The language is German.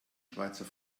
schweizer